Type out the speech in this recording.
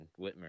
Whitmer